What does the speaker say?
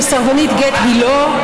וסרבנית גט היא לא.